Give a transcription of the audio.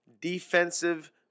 defensive